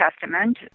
Testament